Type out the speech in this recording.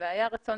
והיה רצון